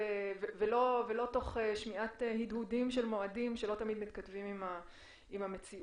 ולא תוך שמיעת הדהודים של מועדים שלא תמיד מתכתבים עם המציאות.